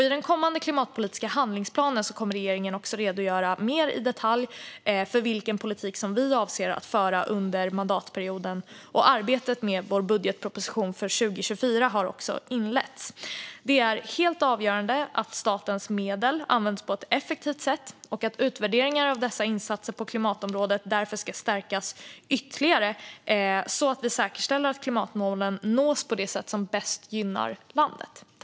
I den kommande klimatpolitiska handlingsplanen kommer regeringen också att redogöra mer i detalj för vilken politik som vi avser att föra under mandatperioden, och arbetet med vår budgetproposition för 2024 har inletts. Det är helt avgörande att statens medel används på ett effektivt sätt, och utvärderingar av dessa insatser på klimatområdet ska därför stärkas ytterligare så att vi säkerställer att klimatmålen nås på det sätt som bäst gynnar landet.